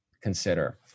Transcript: consider